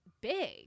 big